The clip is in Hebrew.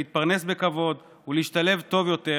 להתפרנס בכבוד ולהשתלב טוב יותר